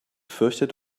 fürchtet